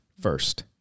first